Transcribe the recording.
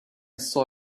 saw